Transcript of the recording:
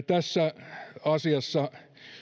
tässä asiassa